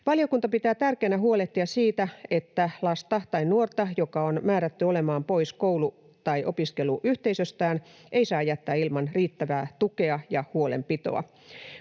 Valiokunta pitää tärkeänä huolehtia siitä, että lasta tai nuorta, joka on määrätty olemaan pois koulu- tai opiskeluyhteisöstään, ei saa jättää ilman riittävää tukea ja huolenpitoa.